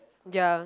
ya